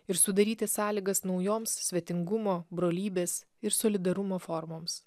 ir sudaryti sąlygas naujoms svetingumo brolybės ir solidarumo formoms